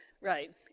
Right